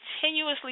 continuously